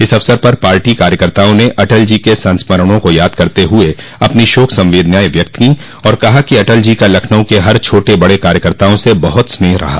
इस अवसर पर पार्टी कार्यकर्ताओं ने अटल जी के संस्मरणों को याद करते हुए अपनी शोक संवेदनाएं व्यक्त की और कहा कि अटल जी का लखनऊ के हर छोटे बड़े कार्यकर्ताओं से बहुत स्नेह रहा